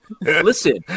listen